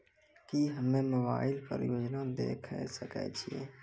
की हम्मे मोबाइल पर योजना देखय सकय छियै?